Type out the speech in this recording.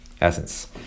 essence